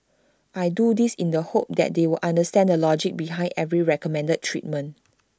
I do this in the hope that they will understand the logic behind every recommended treatment